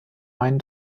main